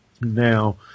Now